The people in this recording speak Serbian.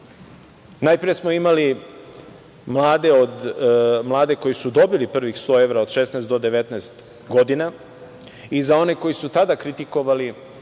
Najpre smo imali mlade koji su dobili prvih 100 evra od 16 do 19 godine i za one koji su tada kritikovali,